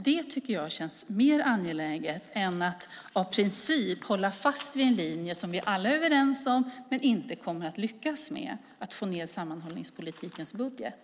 Det tycker jag känns mer angeläget än att av princip hålla fast vid en linje som alla är överens om men där vi inte kommer att lyckas få ned sammanhållningspolitikens budget.